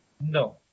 No